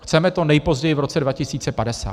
Chceme to nejpozději v roce 2050.